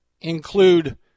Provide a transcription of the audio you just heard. include